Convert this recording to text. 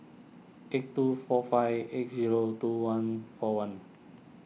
eight two four five eight zero two one four one